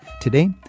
Today